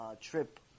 trip